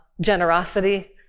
generosity